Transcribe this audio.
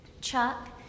Chuck